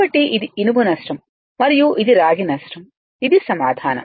కాబట్టి ఇది ఇనుము నష్టం మరియు ఇది రాగి నష్టం ఇది సమాధానం